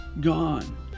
gone